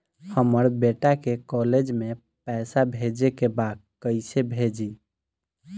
हमर बेटा के कॉलेज में पैसा भेजे के बा कइसे भेजी?